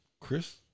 Chris